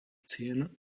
cien